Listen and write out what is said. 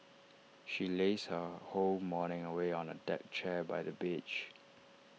she lazed her whole morning away on A deck chair by the beach